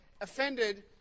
offended